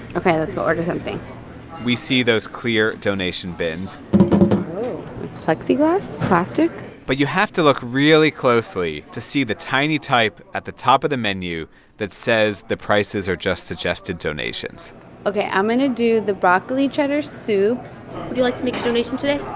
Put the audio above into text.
ok. let's go order something we see those clear donation bins plexiglas? plastic? but you have to look really closely to see the tiny type at the top of the menu that says the prices are just suggested donations ok, i'm going to do the broccoli cheddar soup would you like to make a donation today?